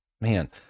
man